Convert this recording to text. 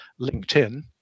LinkedIn